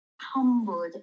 humbled